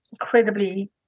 incredibly